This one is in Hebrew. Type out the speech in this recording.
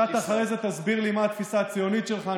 אחרי זה תסביר לי מה התפיסה הציונית שלך,